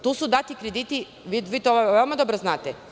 Tu su dati krediti i vi to vrlo dobro znate.